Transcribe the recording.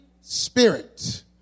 spirit